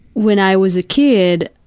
when i was a kid,